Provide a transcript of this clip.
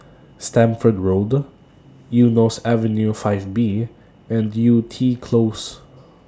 Stamford Road Eunos Avenue five B and Yew Tee Close